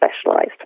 specialized